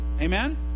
Amen